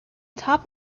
top